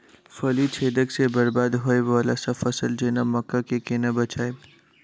फली छेदक सँ बरबाद होबय वलासभ फसल जेना मक्का कऽ केना बचयब?